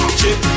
chip